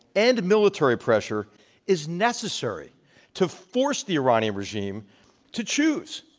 and military pressure is necessary to force the iranian regime to choose,